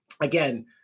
again